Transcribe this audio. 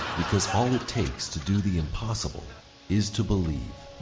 because all it takes to do the impossible is to believe.